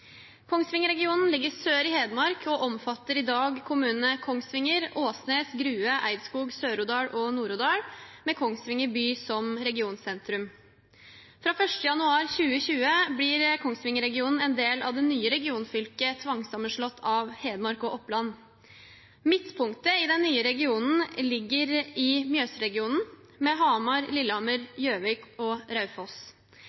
Kongsvinger-regionen ligger sør i Hedmark, og omfatter i dag kommunene Kongsvinger, Åsnes, Grue, Eidskog, Sør-Odal og Nord-Odal, med Kongsvinger by som regionsentrum. Fra 1. januar 2020 blir Kongsvinger-regionen en del av det nye regionfylket, tvangssammenslått av Hedmark og Oppland. Midtpunktet i den nye regionen ligger i Mjøsregionen, med Hamar,